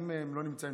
אם הם לא נמצאים,